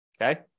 Okay